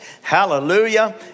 hallelujah